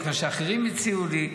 את מה שאחרים הציעו לי,